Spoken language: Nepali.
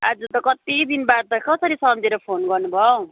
आज त कत्ति दिन बाद त कसरी सम्झिएर फोन गर्नुभयो हौ